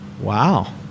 Wow